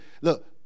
Look